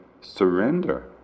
surrender